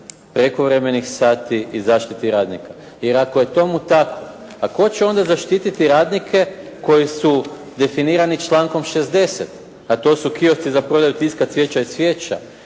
prekovremenih sati i zaštiti radnika. Jer ako je tomu tako a tko će onda zaštiti radnike koji su definirani člankom 60.? A to su kiosci za prodaju tiska, cvijeća i svijeća.